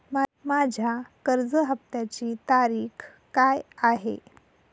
माझ्या कर्ज हफ्त्याची तारीख काय आहे?